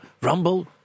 Rumble